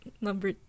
number